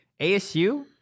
asu